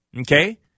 okay